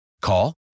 call